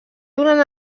durant